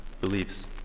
beliefs